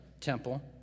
temple